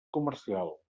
comercial